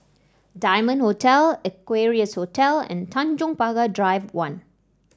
Diamond Hotel Equarius Hotel and Tanjong Pagar Drive One